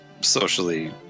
socially